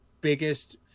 biggest